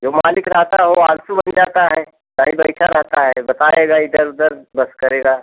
जो मालिक रहता है वह आलसी बन जाता है कहीं बैठा रहता है बताएगा इधर उधर बस करेगा